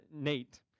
Nate